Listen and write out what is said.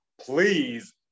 Please